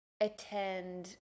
attend